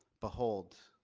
behold,